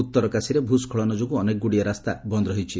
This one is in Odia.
ଉତ୍ତରକାଶୀରେ ଭୂସ୍କଳନ ଯୋଗୁଁ ଅନେକଗୁଡ଼ିଏ ରାସ୍ତା ବନ୍ଦ ରହିଛି